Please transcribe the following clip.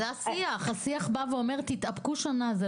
השיח אומר: תתאפקו שנה.